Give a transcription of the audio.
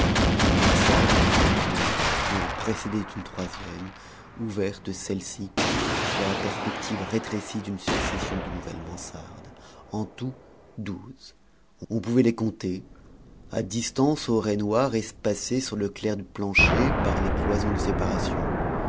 une mansarde en suivait une autre qui en précédait une troisième ouverte celle-ci sur la perspective rétrécie d'une succession de nouvelles mansardes en tout douze on pouvait les compter à distance aux raies noires espacées sur le clair du plancher par les cloisons de séparation